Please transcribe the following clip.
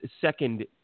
second